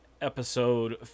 episode